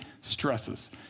stresses